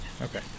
Okay